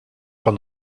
van